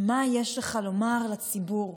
מה יש לך לומר לציבור?